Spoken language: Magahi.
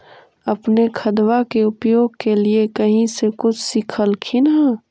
अपने खादबा के उपयोग के लीये कही से कुछ सिखलखिन हाँ?